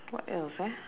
what else ah